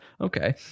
Okay